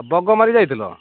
ବଗ ମାରି ଯାଇଥିଲ